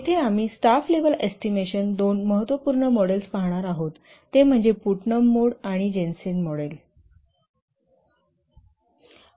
येथे आम्ही staff level estimation दोन महत्त्वपूर्ण मॉडेल्स पाहणार आहोत ते म्हणजे पुटनम मोड Putnam's mode आणि जेन्सेन मॉडेल Jensen's model